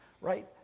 right